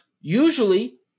usually